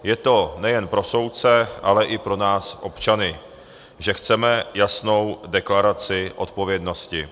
Je to nejen pro soudce, ale i pro nás občany, že chceme jasnou deklaraci odpovědnosti.